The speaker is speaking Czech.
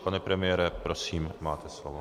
Pane premiére, prosím, máte slovo.